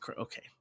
okay